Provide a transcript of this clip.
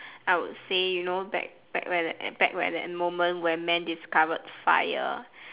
I would say you know back back where that back where that moment where men discovered fire